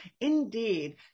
indeed